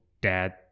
dad